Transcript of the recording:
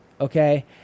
okay